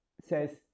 says